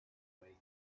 way